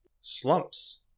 slumps